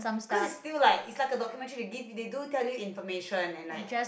cause is still like is like a documentary they give they do tell you information and like